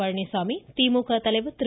பழனிசாமி திமுக தலைவர் திரு